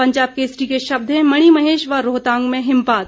पंजाब केसरी के शब्द हैं मणिमहेश व रोहतांग में हिमपात